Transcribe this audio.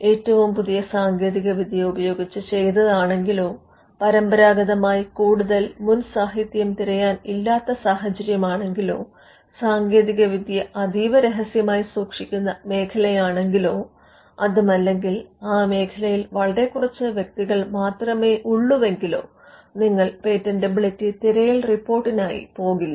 ഏറ്റവും പുതിയ സാങ്കേതിക വിദ്യ ഉപയോഗിച്ച് ചെയ്തതാണെങ്കിലോ പരമ്പരാഗതമായി കൂടുതൽ മുൻ സാഹിത്യം തിരയാൻ ഇല്ലാത്ത സാഹചര്യമാണെങ്കിലോ സാങ്കേതികവിദ്യ അതീവ രഹസ്യമായി സൂക്ഷിക്കുന്ന മേഖലയാണെങ്കിലോ അതുമല്ലെങ്കിൽ ആ മേഖലയിൽ വളരെ കുറച്ച് വ്യക്തികൾ മാത്രമേയുള്ളുവെങ്കിലോ നിങ്ങൾ പേറ്റന്റബിലിറ്റി തിരയൽ റിപ്പോർട്ടിനായി പോകില്ല